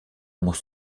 muss